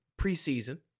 preseason